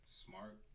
smart